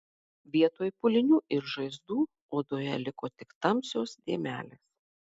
vietoj pūlinių ir žaizdų odoje liko tik tamsios dėmelės